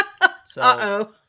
Uh-oh